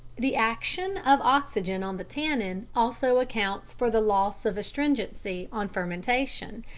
the action of oxygen on the tannin also accounts for the loss of astringency on fermentation,